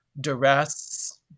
duress